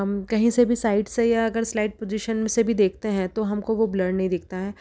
हम कहीं से भी साइड से या अगर स्लाइड पोजीशन से भी देखते हैं तो हमको वो ब्लर नहीं दिखता है